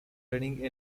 running